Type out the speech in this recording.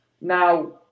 Now